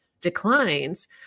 declines